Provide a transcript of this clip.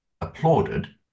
applauded